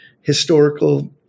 Historical